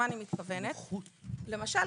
למשל,